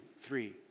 three